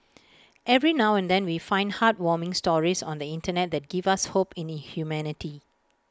every now and then we find heartwarming stories on the Internet that give us hope in humanity